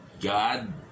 god